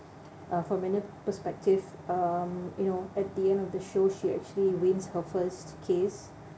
uh from another perspective um you know at the end of the show she actually wins her first case